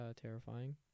terrifying